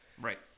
right